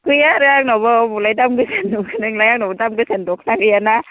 गैया आरो आंनावबो अबावलाय दाम गोसानि दख'ना नुखो नोंलाय आंनाव दाम गोसानि दख'ना गैयाना